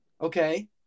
Okay